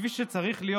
כפי שצריך להיות.